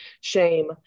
shame